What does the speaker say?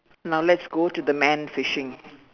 now let's go to the man fishing